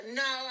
no